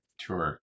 Sure